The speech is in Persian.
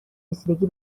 رسیدگی